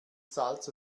salz